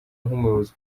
nk’umuyobozi